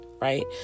right